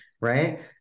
Right